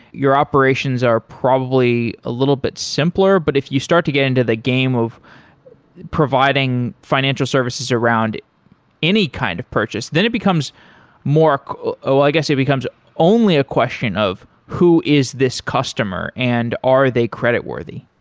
your operations are probably a little bit simpler but if you start to get into the game of providing financial services around any kind of purchase, then it becomes more well i guess it becomes only a question of who is this customer and are they credit worthy?